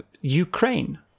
Ukraine